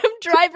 Driver